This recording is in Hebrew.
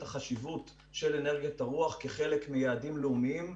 החשיבות של אנרגיית הרוח כחלק מהיעדים הלאומיים,